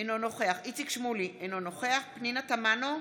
אינו נוכח איציק שמולי, אינו נוכח רם שפע,